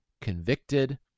convicted